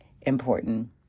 important